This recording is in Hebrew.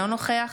אינו נוכח